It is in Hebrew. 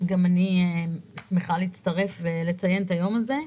אני שמחה להצטרף ולציין את היום הזה.